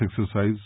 exercise